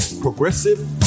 progressive